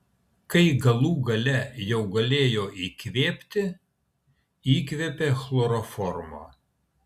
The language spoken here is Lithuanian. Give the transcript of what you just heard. kai galų gale jau galėjo įkvėpti įkvėpė chloroformo